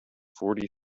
fourty